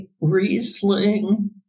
Riesling